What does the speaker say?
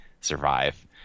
survive